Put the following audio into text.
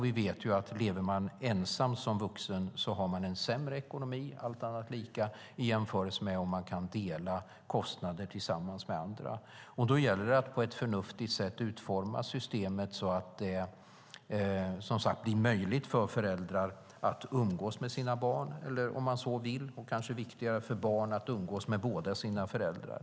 Vi vet ju att om man som vuxen lever ensam har man sämre ekonomi, allt annat lika, i jämförelse med om man kan dela kostnader med andra. Då gäller det att utforma systemet på ett förnuftigt sätt, så att det blir möjligt för föräldrar att umgås med sina barn och, kanske viktigare, för barn att umgås med båda sina föräldrar.